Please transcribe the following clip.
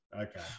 Okay